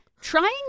trying